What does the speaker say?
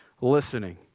listening